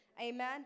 Amen